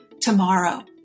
tomorrow